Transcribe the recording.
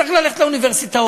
צריך ללכת לאוניברסיטאות,